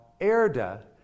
Erda